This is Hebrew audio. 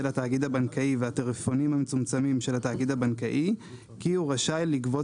התאגיד הבנקאי והטלפונים המצומצמים של התאגיד הבנקאי כי הוא רשאי לגבות